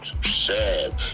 sad